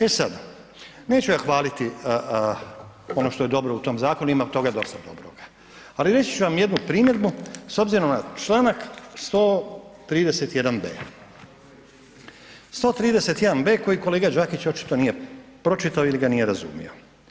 E sada, neću ja hvaliti ono što je dobro u tom zakonu ima toga dosta dobroga, ali reći ću vam jednu primjedbu s obzirom na članak 131.b koji kolega Đakić očito nije pročitao ili ga nije razumio.